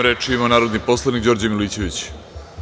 Reč ima narodni poslanik Đorđe Milićević.